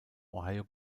ohio